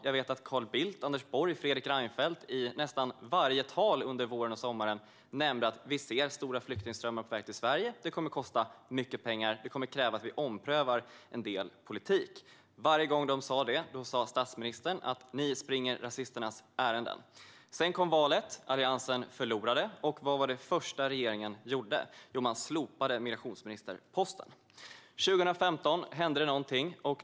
Jag vet att Carl Bildt, Anders Borg och Fredrik Reinfeldt i nästan varje tal under våren och sommaren nämnde att vi ser stora flyktingströmmar på väg till Sverige, att det kommer att kosta mycket pengar och att det kommer att kräva att vi omprövar en del politik. Varje gång de sa det sa statsministern: Ni springer rasisternas ärenden. Sedan kom valet, och Alliansen förlorade. Vad var det första som regeringen gjorde? Jo, man slopade migrationsministerposten. År 2015 hände någonting.